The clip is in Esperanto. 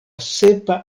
sepa